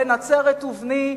בן נצרת ובני".